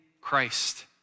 Christ